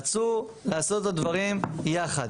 רצו לעשות את הדברים יחד.